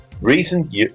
Recent